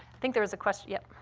think there was a question yup?